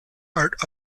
art